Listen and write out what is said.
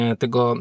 tego